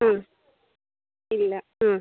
ഇല്ല